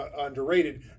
underrated